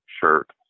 shirt